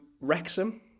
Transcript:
Wrexham